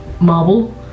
marble